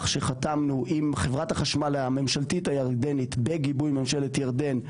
שחתמנו עם חברת החשמל הממשלתית הירדנית בגיבוי ממשלת ירדן.